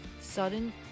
sudden